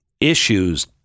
issues